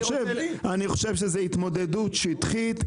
אני חושב שזה התמודדות שטחית.